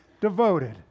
devoted